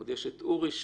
עוד יש את אורי שנכנס,